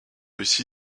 aussi